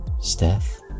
Steph